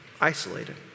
isolated